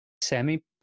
semi